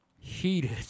heated